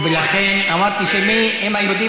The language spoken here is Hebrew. ולכן, אמרתי שאם היהודים